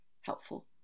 helpful